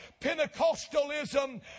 Pentecostalism